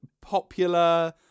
popular